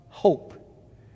hope